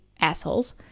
assholes